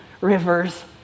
rivers